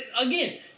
again